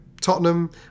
Tottenham